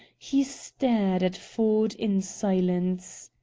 he stared at ford in silence.